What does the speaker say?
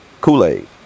Kool-Aid